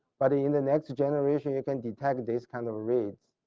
but in the next generation you can detect these kind of reads.